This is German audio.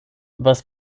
was